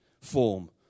form